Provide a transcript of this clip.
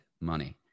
money